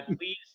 please